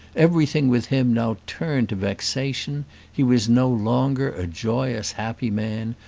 everything with him now turned to vexation he was no longer a joyous, happy man,